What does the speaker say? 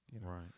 right